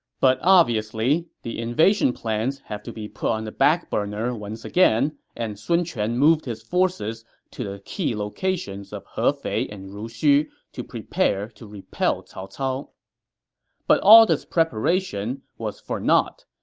but obviously, the invasion plans have to be put on the backburner once again, and sun quan moved his forces to the key locations of hefei and ruxu to prepare to repel cao cao but all this preparation was for naught,